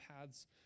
paths